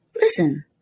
listen